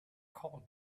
called